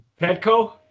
Petco